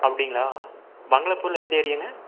அப்படிங்களா பங்களாப்பூரில் எந்த ஏரியாங்க